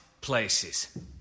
places